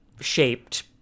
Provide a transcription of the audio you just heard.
shaped